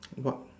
what